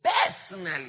personally